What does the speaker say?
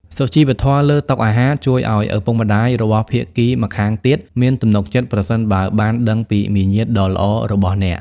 សុជីវធម៌លើតុអាហារជួយឱ្យឪពុកម្ដាយរបស់ភាគីម្ខាងទៀតមានទំនុកចិត្ត ប្រសិនបើបានដឹងពីមារយាទដ៏ល្អរបស់អ្នក។